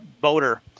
boater